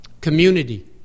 Community